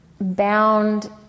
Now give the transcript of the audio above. bound